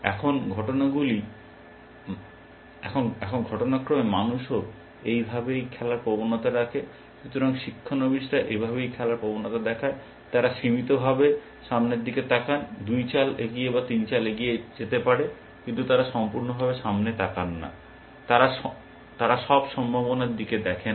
এখন ঘটনাক্রমে মানুষও এভাবেই খেলার প্রবণতা রাখে অন্তত শিক্ষানবিসরা এভাবেই খেলার প্রবণতা দেখায় তারা সীমিতভাবে সামনের দিকে তাকান দুই চাল এগিয়ে বা তিন চাল এগিয়ে যেতে পারে কিন্তু তারা সম্পূর্ণভাবে সামনে তাকান না অর্থাৎ তারা সব সম্ভাবনার দিকে দেখে না